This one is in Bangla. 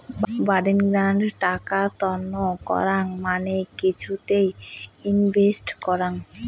বাডেনগ্না টাকা তন্ন করাং মানে কিছুতে ইনভেস্ট করাং